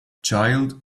child